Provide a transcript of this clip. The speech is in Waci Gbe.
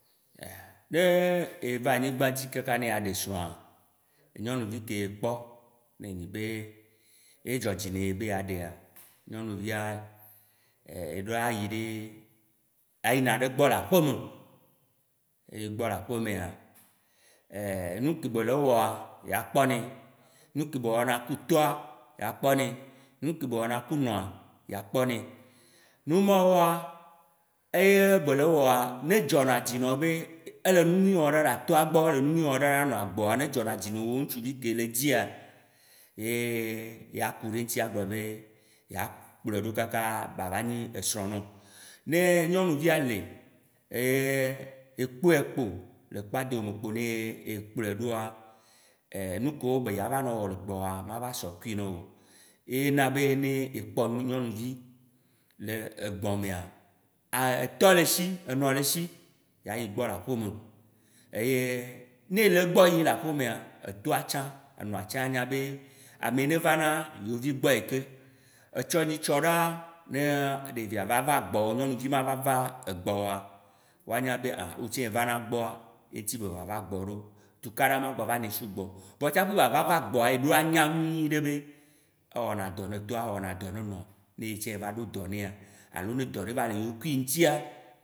Eye Ne eva anyigba dzi kaka ne ya ɖe srɔ̃a, nyɔnuvi ke ekpɔ be edzɔdzi ne ye be yeaɖea, nyɔnuvia, eɖo la yi ɖe, ayina ɖe egbɔ le aƒeme, ne yi egbɔ le aƒemea, nuke be le wɔa, ya kpɔnɛ nuke be wɔna ku tɔa ya kpɔnɛ, nuke be wɔna ku nɔa ya kpɔnɛ. Numaɔwoa, eye be le wɔa, ne dzɔnadzi nɔw be, ele nu nyui wɔ ɖaɖa tɔa gbɔ, ele nu nyui wɔ ɖaɖa nɔa gbɔ, ne dzɔ na dzi na wò ŋtsuvi ke le dzia, ye ya ku ɖe ŋti agblɔ be, yea kplɔe ɖo kaka ba va nyi esrɔ̃ nɔ. Ne nyɔnuvia le eye ye kpɔe kpo le kpadome kpo ne ye kplɔe ɖoa, nu kewo be dza va nɔ wɔ le gbɔwoa ma va sɔ kui na wo. Ye na be, ne ekpɔ nyɔnuvi le egbɔ mea, a etɔ le shi, enɔ le shi ya yi gbɔ le aƒeme. Eye ne le egbɔ yim le aƒemea, etɔa tsã, enɔa tsã ya nya be, ame yi ne va na yewo vi gbɔe yike, etsɔ nyitsɔ ɖaa, ne ɖevia va va gbɔwòa woanya be anh, wò tsĩ evana egbɔ, ye ŋti be va va gbɔwo ɖo, tukaɖa ma gba va nɔe sugbɔ o. Vɔa tsaƒe woava va gbɔwòa, eɖo la nya nyui ɖe be, ewɔna dɔ ne tɔa, ewɔ na dɔ ne nɔa ne ye tsã ye va ɖo dɔ nea alo ne dɔ ɖe va le yekui ŋtia